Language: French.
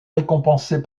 récompensée